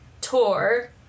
tour